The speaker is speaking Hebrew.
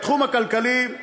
בתחום הכלכלי,